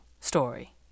story